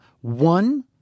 one